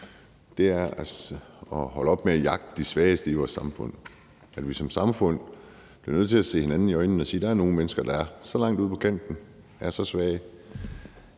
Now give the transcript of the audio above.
nu, er at holde op med at jagte de svageste i vores samfund. Vi bliver som samfund nødt til at se hinanden i øjnene og sige, at der er nogle mennesker, der er så langt ude på kanten og er så svage,